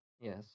Yes